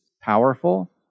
powerful